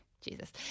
Jesus